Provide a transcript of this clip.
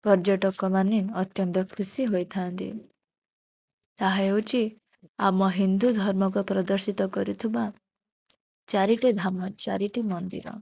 ପର୍ଯ୍ୟଟକ ମାନେ ଅତ୍ୟନ୍ତ ଖୁସି ହୋଇଥାନ୍ତି ତାହା ହେଉଛି ଆମ ହିନ୍ଦୁ ଧର୍ମକୁ ପ୍ରଦର୍ଶିତ କରୁଥିବା ଚାରିଟି ଧାମ ଚାରିଟି ମନ୍ଦିର